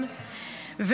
הן מתעלמות ממנו,